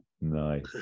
Nice